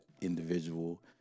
individual